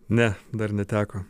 ne dar neteko